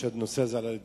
כשהנושא הזה עלה לדיון,